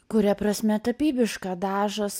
kuria prasme tapybiška dažas